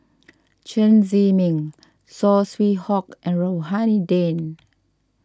Chen Zhiming Saw Swee Hock and Rohani Din